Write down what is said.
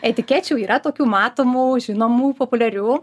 etikečių yra tokių matomų žinomų populiarių